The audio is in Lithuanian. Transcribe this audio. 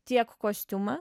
tiek kostiumą